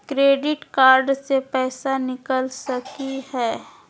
Credit card से पैसा निकल सकी हय?